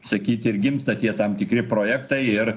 sakyti ir gimsta tie tam tikri projektai ir